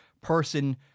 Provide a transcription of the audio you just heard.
person